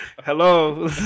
hello